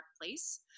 place